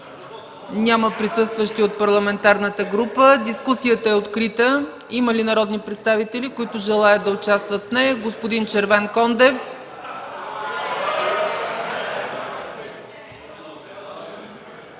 Няма присъстващи от парламентарната група. Дискусията е открита. Има ли народни представители, които желаят да участват в нея? Господин Червенкондев.